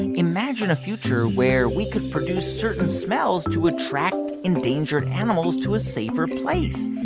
imagine a future where we could produce certain smells to attract endangered animals to a safer place.